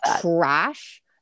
trash